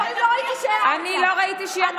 כשהיא אמרה לי את הדברים, לא ראיתי שהערת לה.